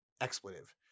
expletive